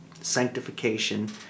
sanctification